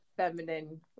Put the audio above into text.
feminine